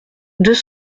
deux